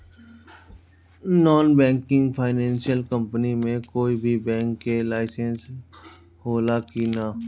Non banking financial company मे कोई भी बैंक के लाइसेन्स हो ला कि ना?